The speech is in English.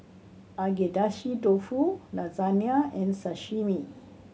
Agedashi Dofu Lasagne and Sashimi